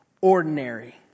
ordinary